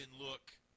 look –